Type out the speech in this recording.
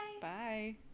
bye